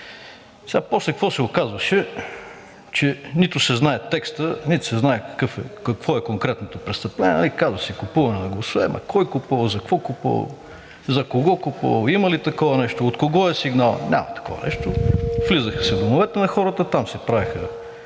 мен. После какво се оказваше, че нито се знае текстът, нито се знае какво е конкретното престъпление. Казва се: купуване на гласове, но кой купува, за какво купува, за кого купувал, има ли такова нещо, от кого е сигналът? Няма такова нещо! Влизаше се в домовете на хората, там се правеха